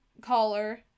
caller